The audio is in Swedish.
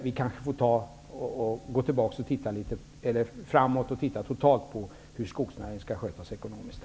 Vi kanske får se på hur skogsnäringen totalt skall skötas ekonomiskt.